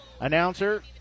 announcer